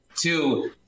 Two